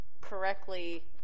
correctly